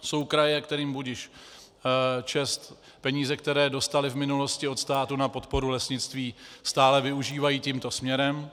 Jsou kraje, kterým budiž čest, peníze, které dostaly v minulosti od státu na podporu lesnictví, stále využívají tímto směrem.